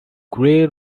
grey